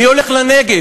מי הולך לנגב?